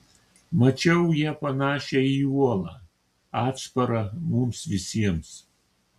mačiau ją panašią į uolą atsparą mums visiems